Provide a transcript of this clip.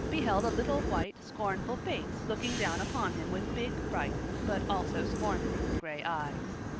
beheld a little white scornful face looking down upon him with big, frightened but also scornful gray eyes.